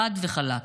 חד וחלק,